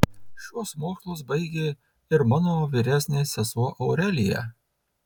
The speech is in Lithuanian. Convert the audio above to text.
šiuos mokslus baigė ir mano vyresnė sesuo aurelija